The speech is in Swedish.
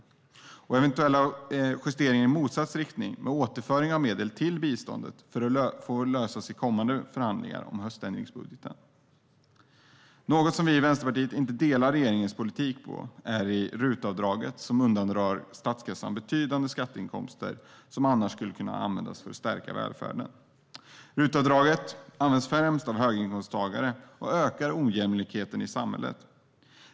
Eventuella justeringar i motsatt riktning med återföring av medel till biståndet får lösas i kommande förhandlingar om höständringsbudgeten. Ett område där vi i Vänsterpartiet inte delar regeringens politik är RUT-avdraget. Det undandrar statskassan betydande skatteinkomster som annars skulle kunna användas för att stärka välfärden. RUT-avdraget används främst av höginkomsttagare och ökar ojämlikheten i samhället.